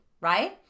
right